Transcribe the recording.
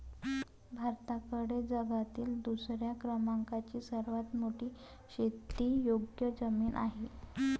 भारताकडे जगातील दुसऱ्या क्रमांकाची सर्वात मोठी शेतीयोग्य जमीन आहे